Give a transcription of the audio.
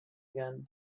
again